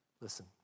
Listen